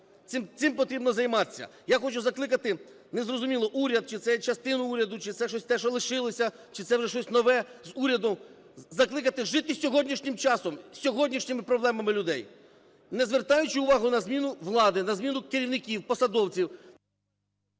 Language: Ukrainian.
Цим потрібно займатися. Я хочу закликати, незрозуміло, уряд чи це частину уряду, чи це щось те, що лишилося, чи це вже щось нове з урядом, закликати жити сьогоднішнім часом, сьогоднішніми проблемами людей, не звертаючи увагу на зміну влади, на зміну керівників, посадовців…